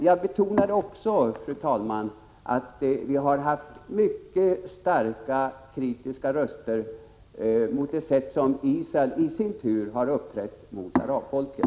Jag vill också, fru talman, betona att vi mycket starkt har kritiserat Israels uppträdande mot arabfolken.